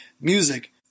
music